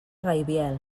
gaibiel